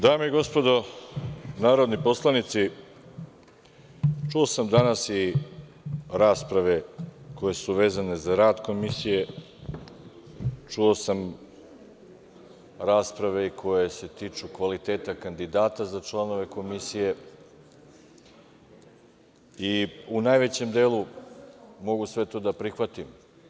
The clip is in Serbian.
Dame i gospodo narodni poslanici, čuo sam danas i rasprave koje su vezane za rad Komisije, čuo sam rasprave i koje se tiču kvaliteta kandidata za članove Komisije i u najvećem delu mogu sve to da prihvatim.